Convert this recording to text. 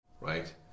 right